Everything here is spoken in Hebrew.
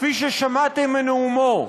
כפי ששמעתם מנאומו,